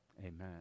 Amen